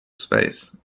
space